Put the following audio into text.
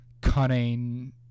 cunning